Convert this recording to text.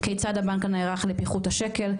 כיצד הבנק נערך לפיחות השקל?